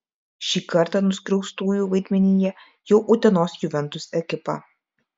šį kartą nuskriaustųjų vaidmenyje jau utenos juventus ekipa